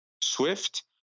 swift